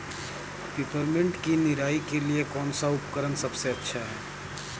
Peppermint की निराई के लिए कौन सा उपकरण सबसे अच्छा है?